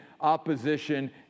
opposition